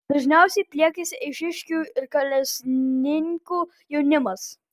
dažniausiai pliekiasi eišiškių ir kalesninkų jaunimas